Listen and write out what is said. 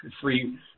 Free